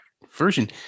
version